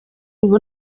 ubu